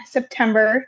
September